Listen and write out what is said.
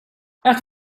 att